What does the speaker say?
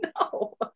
No